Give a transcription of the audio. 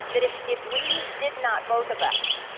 that if if we did not, both of us,